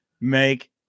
make